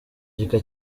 gika